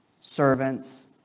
servants